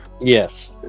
Yes